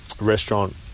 restaurant